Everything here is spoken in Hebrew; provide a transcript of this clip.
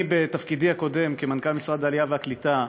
בתפקידי הקודם כמנכ"ל משרד העלייה והקליטה,